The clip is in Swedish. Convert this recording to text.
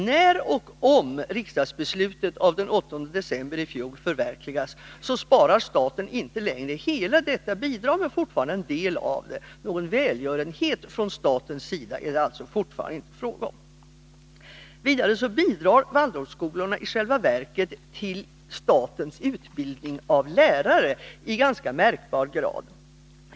När och om riksdagsbeslutet av den 8 december i fjol förverkligas sparar staten inte längre hela detta bidrag men fortfarande en del av det. Någon välgörenhet från statens sida är det alltså fortfarande inte fråga om. Vidare bidrar Waldorfskolorna i själva verket i märkbar grad till statens utbildning av lärare.